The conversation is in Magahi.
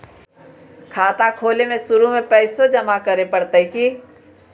खाता खोले में शुरू में पैसो जमा करे पड़तई की?